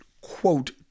quote